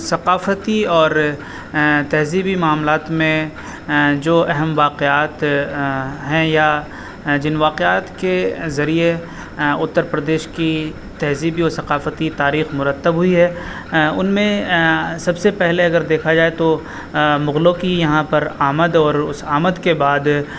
ثقافتی اور تہذیبی معاملات میں جو اہم واقعات ہیں یا جن واقعات کے ذریعے اتر پردیش کی تہذیبی اور ثقافتی تاریخ مرتب ہوئی ہے ان میں سب سے پہلے اگر دیکھا جائے تو مغلوں کی یہاں پر آمد اور اس آمد کے بعد